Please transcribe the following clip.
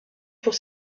pour